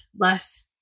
less